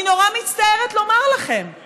אני נורא מצטערת לומר לכם,